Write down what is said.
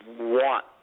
want